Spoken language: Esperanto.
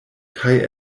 kaj